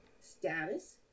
status